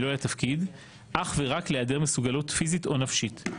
במילוי התפקיד אך ורק להיעדר מסוגלות פיזית או נפשית.